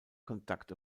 conduct